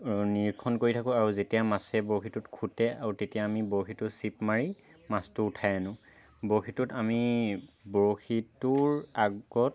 নিৰীক্ষণ কৰি থাকোঁ আৰু যেতিয়া মাছে বৰশীটোত খুটে আৰু তেতিয়া আমি বৰশীটো ছিপ মাৰি মাছটো উঠাই আনো বৰশীটোত আমি বৰশীটোৰ আগত